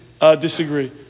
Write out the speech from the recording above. disagree